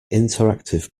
interactive